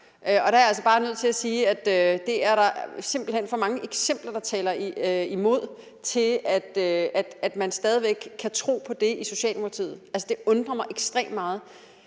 Og der er jeg altså bare nødt til at sige, at det er der simpelt hen for mange eksempler der taler imod, til, at man stadig væk kan tro på det i Socialdemokratiet. Altså, det undrer mig ekstremt meget.